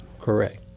Correct